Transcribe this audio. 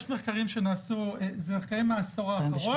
יש מחקרים שנעשו בעשור האחרון,